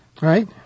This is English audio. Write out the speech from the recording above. right